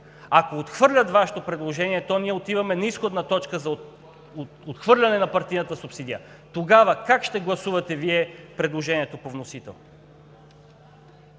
ако отхвърлят Вашето предложение, то ние отиваме на изходна точка за отхвърляне на партийната субсидия, тогава как ще гласувате Вие предложението по вносител?